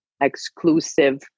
exclusive